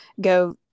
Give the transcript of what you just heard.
go